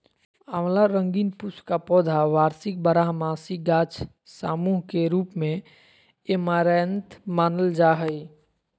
आँवला रंगीन पुष्प का पौधा वार्षिक बारहमासी गाछ सामूह के रूप मेऐमारैंथमानल जा हइ